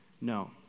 No